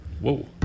Whoa